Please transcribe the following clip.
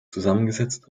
zusammengesetzt